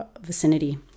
vicinity